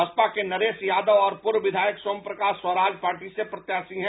बसपा के नरेश यादव और पूर्व विधायक सोम प्रकाश स्वराज पार्टी से प्रत्याशी हैं